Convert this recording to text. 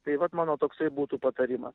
tai vat mano toksai būtų patarimas